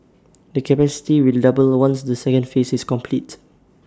the capacity will double once the second phase is complete